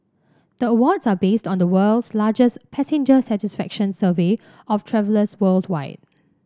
the awards are based on the world's largest passenger satisfaction survey of travellers worldwide